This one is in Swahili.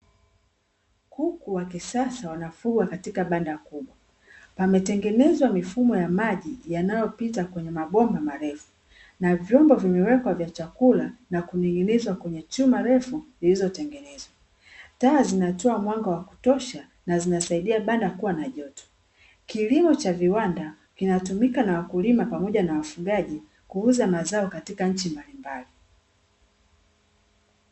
Kuku wa kisasa wanafugwa katika banda kubwa. Pametengenezwa mifumo ya maji yanayopita kwenye mabomba marefu, na vyombo vimewekwa vya chakula na kuning'inizwa kwenye chuma refu zilizotengenezwa. Taa zinatoa mwanga wa kutosha na zinasaidia banda kuwa na joto. Kilimo cha viwanda kinatumika na wakulima pamoja na wafugaji, kuuza mazao katika nchi mbalimbali.